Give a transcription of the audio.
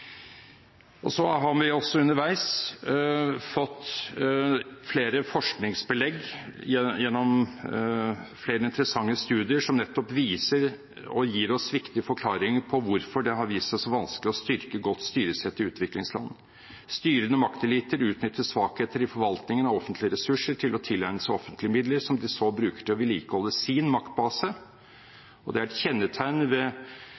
Så har vi også underveis fått flere forskningsbelegg, gjennom flere interessante studier, som nettopp gir oss viktige forklaringer på hvorfor det har vist seg så vanskelig å styrke godt styresett i utviklingsland. Styrende makteliter utnytter svakheter i forvaltningen av offentlige ressurser til å tilegne seg offentlige midler, som de så bruker til å vedlikeholde sin maktbase, og det er et kjennetegn ved